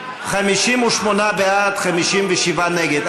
58 בעד, 57 נגד.